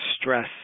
stress